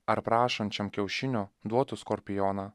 ar prašančiam kiaušinio duotų skorpioną